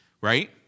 right